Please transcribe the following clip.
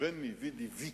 דרך